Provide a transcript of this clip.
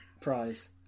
prize